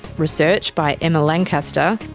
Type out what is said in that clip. research by emma lancaster,